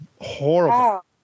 horrible